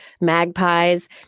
magpies